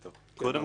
קודם כל,